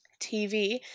tv